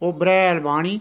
ओ बरेहाल बाह्नी